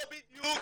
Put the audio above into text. פה בדיוק,